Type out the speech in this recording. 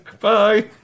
Bye